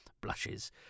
blushes